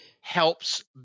helps